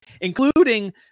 including